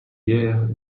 guère